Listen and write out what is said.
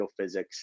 geophysics